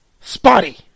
Spotty